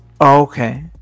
okay